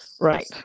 Right